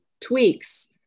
tweaks